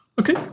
Okay